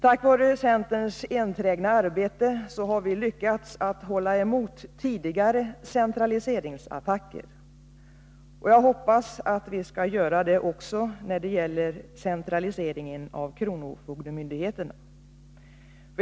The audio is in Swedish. Tack vare centerns enträgna arbete har vi lyckats att stå emot tidigare centraliseringsattacker. Jag hoppas att vi skall göra det även när det gäller centraliseringen av kronofogdemyndigheterna.